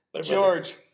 George